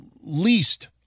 least